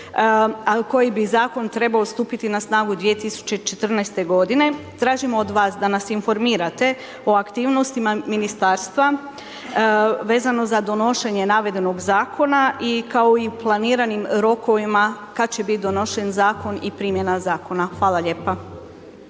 koji bi zakon trebao stupiti na snagu 2014. g., tražimo od vas da nas informirate o aktivnostima ministarstva vezano za donošenje navedenog zakona i kao u planiranim rokovima kad će bit donošen zakon i primjena zakona, hvala lijepa.